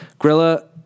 Grilla